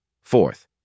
Fourth